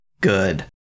good